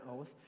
oath